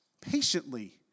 Patiently